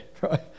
right